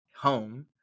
home